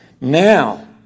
Now